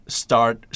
start